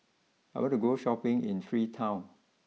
I want to go Shopping in Freetown